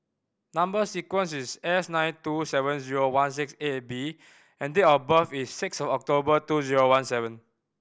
number sequence is S nine two seven zero one six eight B and date of birth is six October two zero one seven